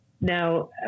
Now